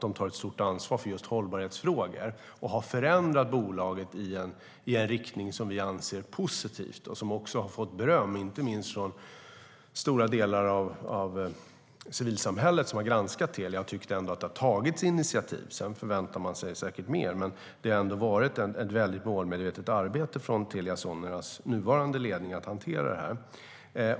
De tar ett stort ansvar för just hållbarhetsfrågor och har förändrat bolaget i en riktning som vi anser vara positiv. Man har också fått beröm, inte minst från de delar av civilsamhället som har granskat Telia. De ser att det har tagits initiativ. De förväntar sig säkert mer, men Telia Soneras nuvarande ledning har ändå bedrivit ett mycket målmedvetet arbete för att hantera detta.